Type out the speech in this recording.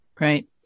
Right